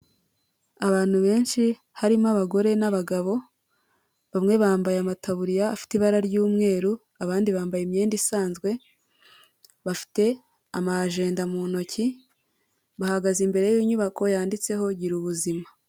Abantu benshi harimo abagore n'abagabo, bamwe bambaye amataburiya afite ibara ry'umweru, abandi bambaye imyenda isanzwe, bafite ama ajenda mu ntoki, bahagaze imbere y'inyubako yanditseho gira ubuzima.